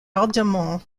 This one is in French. ardemment